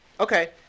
Okay